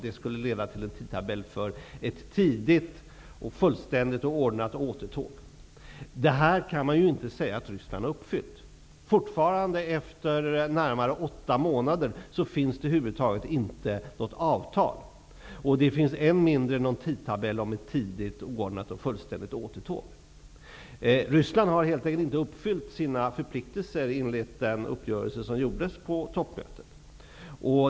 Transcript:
Det skulle leda till en tidtabell för ett tidigt, fullständigt och ordnat återtåg. Man kan inte säga att Ryssland har uppfyllt denna utfästelse. Fortfarande, efter närmare åtta månader, finns det över huvud taget inget avtal. Det finns än mindre någon tidtabell om ett tidigt, fullständigt och ordnat återtåg. Ryssland har helt enkelt inte uppfyllt sina förpliktelser i enlighet med den uppgörelse som träffades på toppmötet.